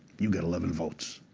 you get eleven votes.